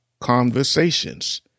conversations